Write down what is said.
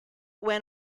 when